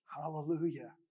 Hallelujah